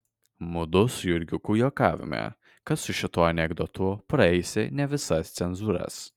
mudu su jurgiuku juokavome kad su šituo anekdotu praeisi ne visas cenzūras